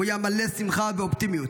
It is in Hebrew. הוא היה מלא שמחה ואופטימיות,